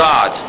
God